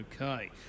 okay